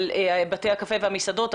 בתי הקפה והמסעדות ,